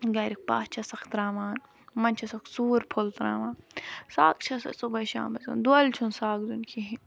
گَریُک پاہہ چھسَکھ تراوان منٛز چھسَکھ سور پھوٚل تراوان سَگ چھسس صُبحے شامَسن دۄہلہِ چھُنہٕ سَگ دِیُن کِہیٖنۍ